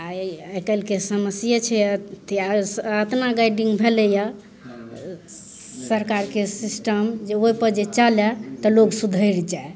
आइ आइ काल्हिके समस्ये छै एतना गाइडिंग भेलैये सरकारके सिस्टम जे ओइपर जे चलय तऽ लोग सुधरि जाइ